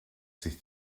sich